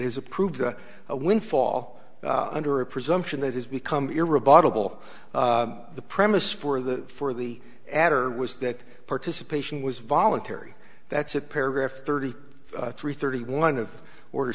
is approved a winfall under a presumption that has become era bottle the premise for the for the adder was that participation was voluntary that's at paragraph thirty three thirty one of order